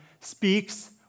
speaks